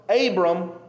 Abram